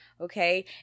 okay